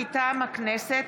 מטעם הכנסת,